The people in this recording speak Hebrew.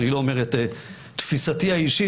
ואני לא אומר את תפיסתי האישית,